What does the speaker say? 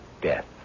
death